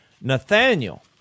Nathaniel